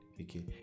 Okay